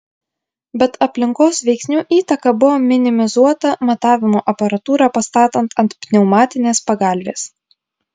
bet aplinkos veiksnių įtaka buvo minimizuota matavimo aparatūrą pastatant ant pneumatinės pagalvės